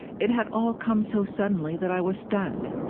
it had all come so suddenly that i was stunned.